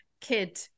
kid